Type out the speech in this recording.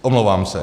Omlouvám se.